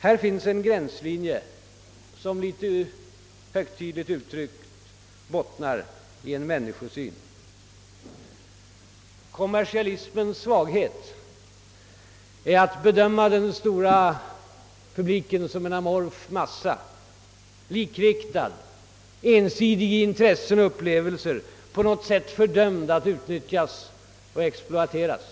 Här finns en gränslinje som — litet högtidligt uttryckt — bottnar i en människosyn. Kommersialismens svaghet är att bedöma den stora publiken som en amorf massa — likriktad, ensidig i intressen och upplevelser, på något sätt fördömd att utnyttjas och exploateras.